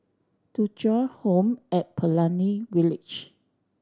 Thuja Home at Pelangi Village